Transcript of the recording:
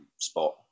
spot